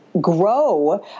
grow